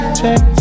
check